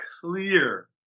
clear